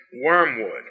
wormwood